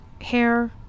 hair